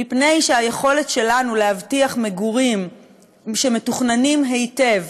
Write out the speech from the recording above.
מפני שהיכולת שלנו להבטיח מגורים שמתוכננים היטב,